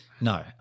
No